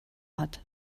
hat